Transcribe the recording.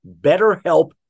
BetterHelp